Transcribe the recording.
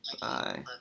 Bye